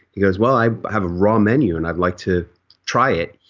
he goes, well, i have a raw menu and i'd like to try it.